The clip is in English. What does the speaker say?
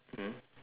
mm